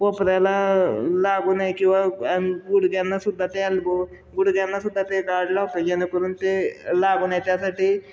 कोफऱ्याला लागू नये किंवा गुडघ्यांनासुद्धा ते ॲल्बो गुडघ्यांनासुद्धा ते गाड लावतो जेणेकरून ते लागून याच्यासाठी